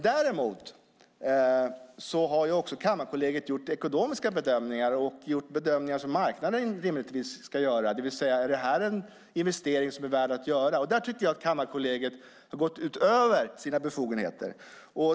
Däremot har Kammarkollegiet gjort ekonomiska bedömningar och gjort bedömningar som marknaden rimligtvis ska göra, det vill säga om detta är en investering som är värd att göra. Där tycker jag att Kammarkollegiet har gått utöver sina befogenheter.